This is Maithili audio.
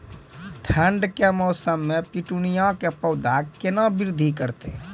ठंड के मौसम मे पिटूनिया के पौधा केना बृद्धि करतै?